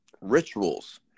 rituals